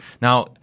Now